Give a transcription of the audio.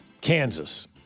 Kansas